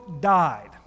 died